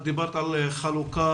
את דיברת על חלוקה,